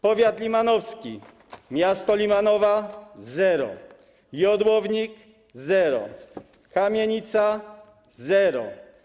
Powiat limanowski, miasto Limanowa - zero, Jodłownik - zero, Kamienica - zero.